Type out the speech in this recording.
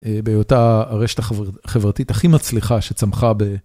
באותה הרשת החברתית הכי מצליחה שצמחה ב...